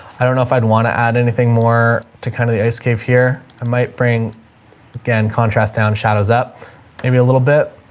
i don't know if i'd want to add anything more to kind of the ice cave here. i might bring again, contrast down shadows up maybe a little bit